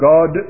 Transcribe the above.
God